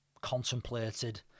contemplated